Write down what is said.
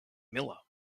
miller